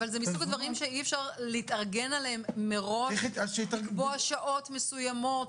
אבל זה מסוג הדברים שאי אפשר להתארגן עליהם מראש לקבוע שעות מסוימות.